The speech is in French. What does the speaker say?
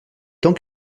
temps